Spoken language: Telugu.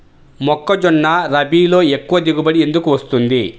మొక్కజొన్న రబీలో ఎక్కువ దిగుబడి ఎందుకు వస్తుంది?